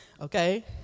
Okay